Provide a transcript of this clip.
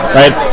right